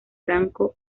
blanco